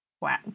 Wow